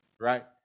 right